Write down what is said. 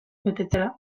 betetzera